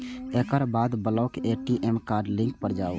एकर बाद block ATM card link पर जाउ